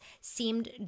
seemed